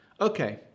Okay